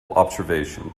observation